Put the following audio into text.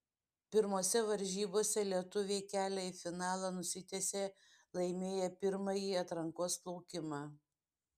pirmose varžybose lietuviai kelią į finalą nusitiesė laimėję pirmąjį atrankos plaukimą